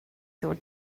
ddod